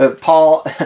Paul